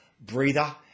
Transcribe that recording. breather